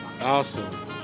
Awesome